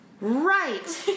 right